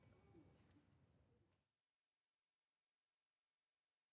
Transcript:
Merci